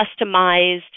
customized